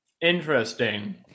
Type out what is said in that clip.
Interesting